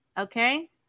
okay